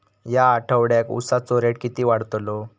या आठवड्याक उसाचो रेट किती वाढतलो?